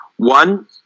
One